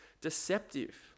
deceptive